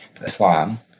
Islam